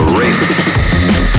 rape